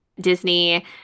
Disney